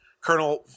Colonel